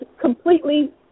completely